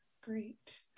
great